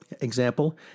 example